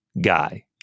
guy